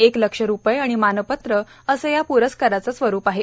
एक लक्ष रूपये आणि मानपत्र असे या प्रस्काराचे स्वरूप आहे